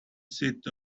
sit